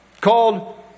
called